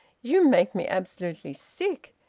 you make me absolutely sick!